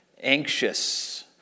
anxious